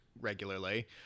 regularly